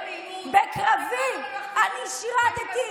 בקרבי אני שירתי.